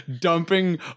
dumping